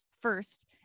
first